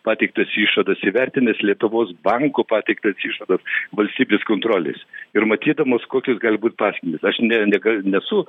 pateiktas išvadas įvertinęs lietuvos banko pateiktas išvadas valstybės kontrolės ir matydamas kokios gali būt pasekmės aš ne nieka nesu